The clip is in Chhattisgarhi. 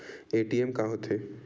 ए.टी.एम का होथे?